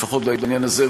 לפחות בעניין הזה,